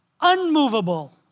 unmovable